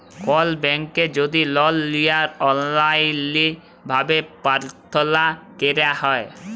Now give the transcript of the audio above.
call ব্যাংকে যদি লল লিয়ার অললাইল ভাবে পার্থলা ক্যরা হ্যয়